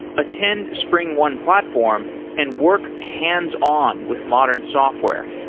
attend springone platform and work hands-on with modern software.